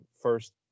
first